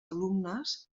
alumnes